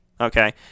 Okay